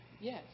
Yes